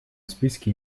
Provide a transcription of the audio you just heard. списке